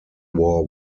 war